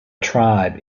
tribe